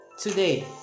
Today